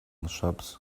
shops